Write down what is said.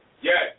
Yes